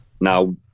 Now